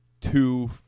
two